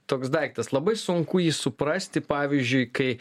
toks daiktas labai sunku jį suprasti pavyzdžiui kai